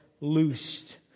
loosed